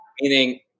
Meaning